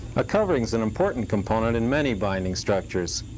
a covering is an important component in many binding structures.